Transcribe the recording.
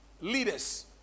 leaders